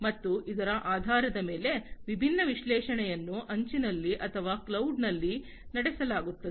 ಮತ್ತು ಇದರ ಆಧಾರದ ಮೇಲೆ ವಿಭಿನ್ನ ವಿಶ್ಲೇಷಣೆಯನ್ನು ಅಂಚಿನಲ್ಲಿ ಅಥವಾ ಕ್ಲೌಡ್ ನಲ್ಲಿ ನಡೆಸಲಾಗುತ್ತದೆ